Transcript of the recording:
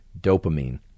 dopamine